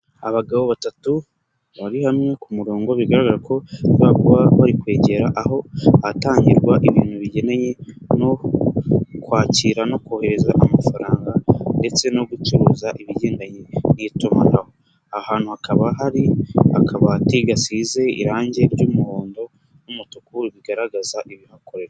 Abagabo batatu bari hamwewe ku umurongo bigaragarako bashobora kuba barikwegera aho ahatangirwa ibintu bigeneye no kwakira no kohereza amafaranga ndetse no gucuruza ibigendanye n'itumanaho, ahantu hakaba hari akabati gasize irangi ry'umuhondo n'umutuku rigaragaza ibihakorerwa.